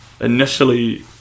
initially